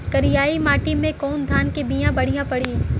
करियाई माटी मे कवन धान के बिया बढ़ियां पड़ी?